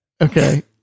Okay